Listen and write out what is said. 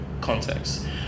context